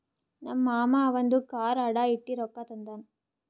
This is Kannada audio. ನಮ್ ಮಾಮಾ ಅವಂದು ಕಾರ್ ಅಡಾ ಇಟ್ಟಿ ರೊಕ್ಕಾ ತಂದಾನ್